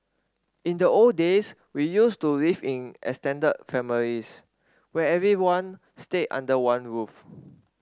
in the old days we used to live in extended families where everyone stayed under one roof